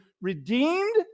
redeemed